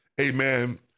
amen